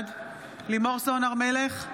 בעד לימור סון הר מלך,